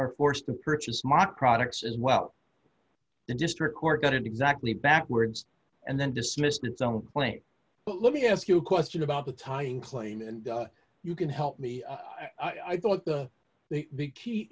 are forced to purchase mock products as well the district court got it exactly backwards and then dismissed its own claim but let me ask you a question about the tying claim and you can help me i thought the the big key